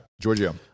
Giorgio